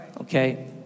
Okay